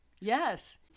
Yes